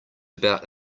about